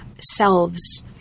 selves